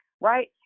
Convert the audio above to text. right